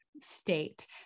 state